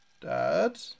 Dad